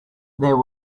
there